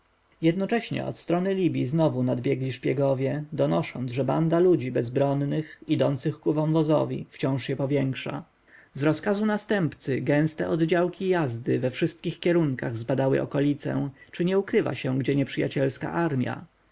jednocześnie od strony libji znowu nadbiegli szpiegowie donosząc że banda ludzi bezbronnych idących ku wąwozowi wciąż się powiększa z rozkazu następcy gęste oddziałki jazdy we wszystkich kierunkach zbadały okolicę czy nie ukrywa się gdzie nieprzyjacielska armja